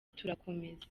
turakomeza